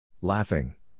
Laughing